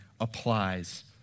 applies